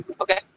Okay